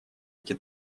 эти